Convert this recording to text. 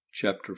Chapter